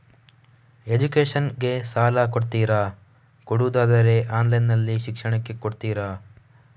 Education ಗೆ ಸಾಲ ಕೊಡ್ತೀರಾ, ಕೊಡುವುದಾದರೆ ಆನ್ಲೈನ್ ಶಿಕ್ಷಣಕ್ಕೆ ಕೊಡ್ತೀರಾ?